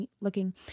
looking